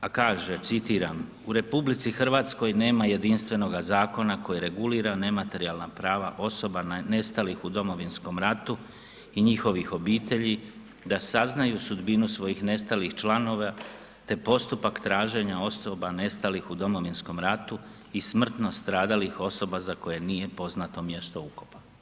A kaže, citiram, u RH nema jedinstvenoga zakona koji regulira nematerijalna prava osoba nestalih u Domovinskom ratu i njihovih obitelji da saznaju sudbinu svojih nestalih članova te postupak traženja osoba nestalih u Domovinskom ratu i smrtno stradalih osoba za koje nije poznato mjesto ukopa.